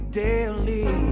daily